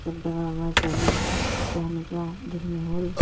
सब दवा अवा चालू तो क्या निकला दिल में होल